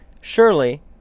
Surely